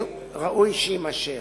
ראוי שיימשך.